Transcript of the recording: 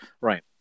Right